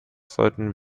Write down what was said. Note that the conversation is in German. sollten